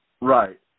Right